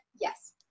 Yes